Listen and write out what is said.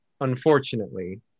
unfortunately